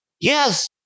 Yes